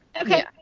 Okay